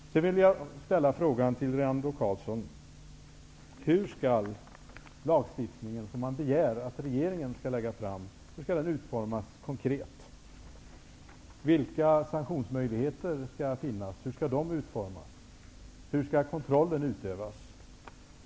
Sedan vill jag fråga Rinaldo Karlsson: Hur skall den lagstiftning som han begär att regeringen skall lägga fram utformas konkret? Vilka sanktionsmöjligheter skall finnas? Hur skall de utformas? Hur skall kontrollen utövas?